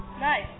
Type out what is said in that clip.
Nice